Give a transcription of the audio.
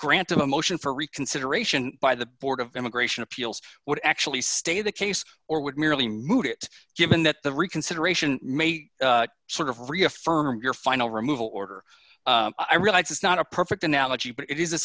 grant of a motion for reconsideration by the board of immigration appeals would actually stay the case or would merely moot it given that the reconsideration may sort of reaffirm your final removal order i realize it's not a perfect analogy but it is a